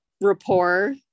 rapport